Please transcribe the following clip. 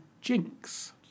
Jinx